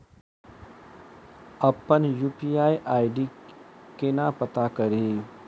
अप्पन UPI ID केना पत्ता कड़ी?